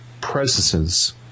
presences